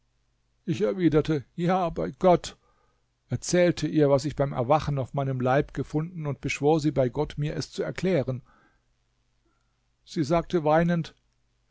ich erwiderte ja bei gott erzählte ihr was ich beim erwachen auf meinem leib gefunden und beschwor sie bei gott mir es zu erklären sie sagte weinend